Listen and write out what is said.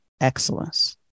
excellence